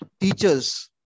teachers